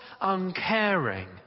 uncaring